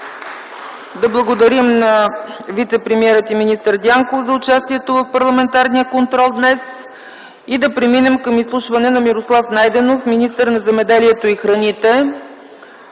Да благодарим на вицепремиера и министър Дянков за участието му в парламентарния контрол днес. Преминаваме към изслушване на Мирослав Найденов – министър на земеделието и храните.